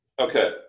Okay